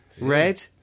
red